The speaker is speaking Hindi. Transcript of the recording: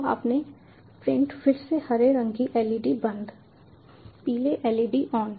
तो अपने प्रिंट फिर से हरे रंग की LED बंद पीले LED ऑन